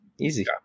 Easy